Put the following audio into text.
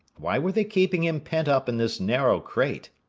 why were they keeping him pent up in this narrow crate?